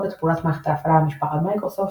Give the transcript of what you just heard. את פעולת מערכות ההפעלה ממשפחת מיקרוסופט,